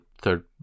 third